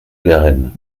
garenne